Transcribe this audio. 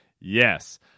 Yes